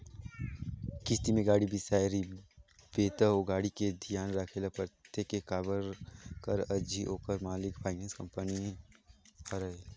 किस्ती में गाड़ी बिसाए रिबे त ओ गाड़ी के धियान राखे ल परथे के काबर कर अझी ओखर मालिक फाइनेंस कंपनी हरय